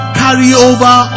carryover